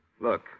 Look